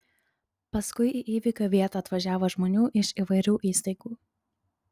paskui į įvykio vietą atvažiavo žmonių iš įvairių įstaigų